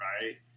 right